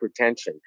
hypertension